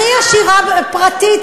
פרטית,